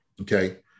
okay